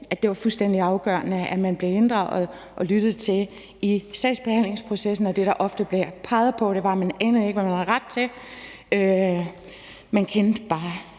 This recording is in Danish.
at det var fuldstændig afgørende, at man bliver inddraget og lyttet til i sagsbehandlingsprocessen. Og det, der ofte blev peget på, var, at man ikke anede, hvad man havde ret til, for man kendte bare